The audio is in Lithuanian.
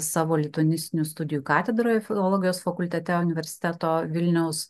savo lituanistinių studijų katedroj filologijos fakultete universiteto vilniaus